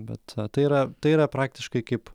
bet tai yra tai yra praktiškai kaip